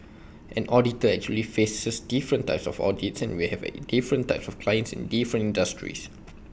an auditor actually faces different types of audits and we have different types of clients in different industries